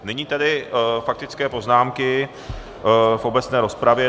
Nyní tedy faktické poznámky v obecné rozpravě.